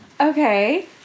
Okay